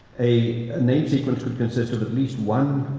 a name sequence would consist of at least one